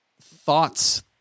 thoughts